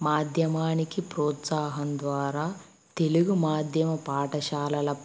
మాధ్యమానికి ప్రోత్సాహం ద్వారా తెలుగు మాధ్యమిక పాఠశాలల